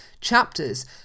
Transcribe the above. chapters